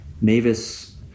Mavis